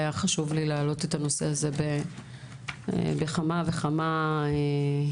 היה חשוב לי להעלות את הנושא הזה בכמה וכמה וריאציות,